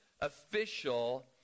official